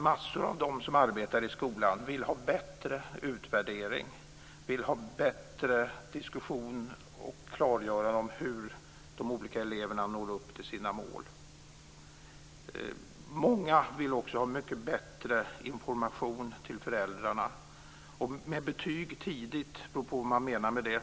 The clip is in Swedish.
Massor av dem som arbetar i skolan vill ha bättre utvärdering, bättre diskussion och klargörande om hur de olika eleverna når upp till sina mål. Många vill också ha mycket bättre information till föräldrarna, med betyg tidigt. Det beror på vad man menar med det.